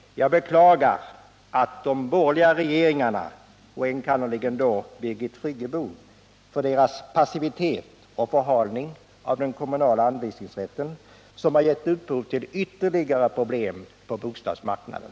lag beklagar att de borgerliga regeringarnas — och enkannerligen då Birgit Friggebos — passivitet och förhalning när det gäller den kommunala anvisningsrätten givit upphov till ytterligare problem på bostadsmarknaden.